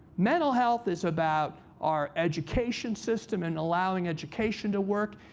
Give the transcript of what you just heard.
mental health is about our education system and allowing education to work.